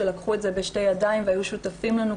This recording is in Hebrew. שלקחו את זה בשתי ידיים והיו שותפים לנו,